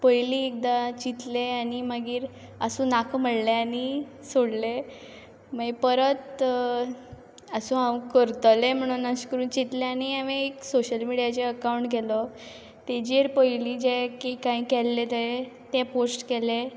पयलीं एकदां चिंतलें आनी मागीर आसूं नाका म्हणलें आनी सोडलें मागीर परत आसूं हांव करतलें म्हणून अश करून चिंतलें आनी हांवें एक सोशियल मिडियाचेर अकाउंट केलो ताजेर पयलीं जे कॅक हांवें केल्ले ते ते पोस्ट केले